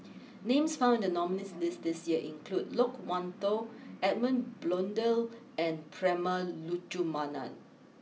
names found in the nominees' list this year include Loke Wan Tho Edmund Blundell and Prema Letchumanan